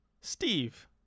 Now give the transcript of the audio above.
Steve